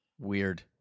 Weird